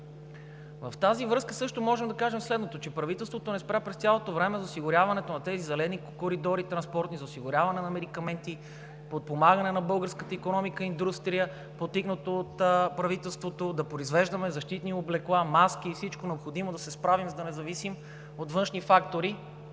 В тази връзка, също можем да кажем следното: правителството не спря през цялото време за осигуряването на тези зелени транспортни коридори, за осигуряване на медикаменти, подпомагане на българската икономика и индустрия, подтикнати от правителството да произвеждаме защитни облекла, маски и всичко необходимо да се справим, за да не зависим от външни фактори